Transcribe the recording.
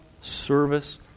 service